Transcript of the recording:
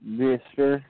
mister